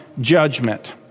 judgment